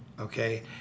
Okay